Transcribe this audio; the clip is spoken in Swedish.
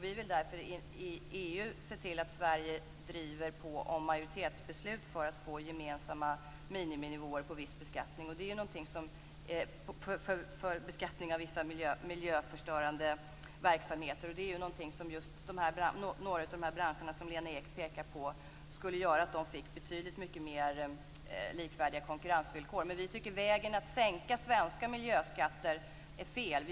Vi vill därför i EU se till att Sverige driver på frågan om majoritetsbeslut för att få gemensamma miniminivåer i fråga om beskattning av vissa miljöförstörande verksamheter. Det är ju någonting som skulle göra att just några av de branscher som Lena Ek pekade på skulle få betydligt mer likvärdiga konkurrensvillkor. Men vi tycker att vägen att sänka svenska miljöskatter är fel.